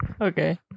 Okay